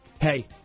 Hey